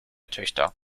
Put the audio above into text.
töchter